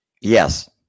Yes